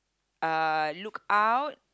uh look out